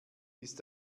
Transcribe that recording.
ist